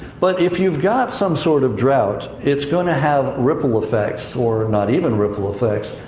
but if you've got some sort of drought, it's going to have ripple effects, or not even ripple effects,